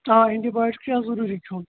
آ antibiotic چھُے اَتھ ضروٗری کھیٚون